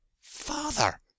Father